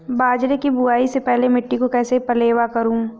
बाजरे की बुआई से पहले मिट्टी को कैसे पलेवा करूं?